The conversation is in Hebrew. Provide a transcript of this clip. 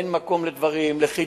אין מקום לחידודים.